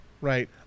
right